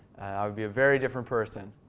i would be a very different person.